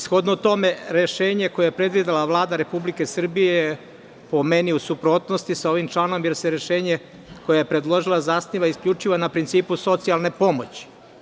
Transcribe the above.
Shodno tome rešenje koje je predvidela Vlada Republike Srbije po meni je u suprotnosti sa ovim članom jer se rešenje koje je predložila zasniva isključivo na principu socijalne pomoći.